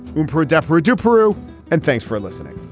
um for a deaf road to peru and thanks for listening